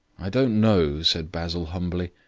i don't know, said basil humbly.